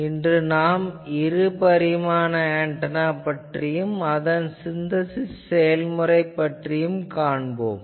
இன்று நாம் இரு பரிமாண ஆன்டெனா பற்றியும் அதன் சின்தசிஸ் செயல்முறை பற்றியும் காண்போம்